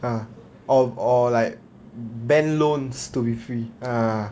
ah or or like bank loans to be free ah